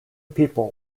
people